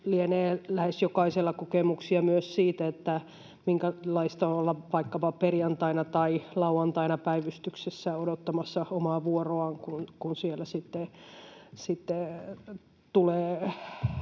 lienee lähes jokaisella kokemuksia myös siitä, minkälaista on olla vaikkapa perjantaina tai lauantaina päivystyksessä odottamassa omaa vuoroaan, kun siellä sitten tulee